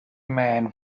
man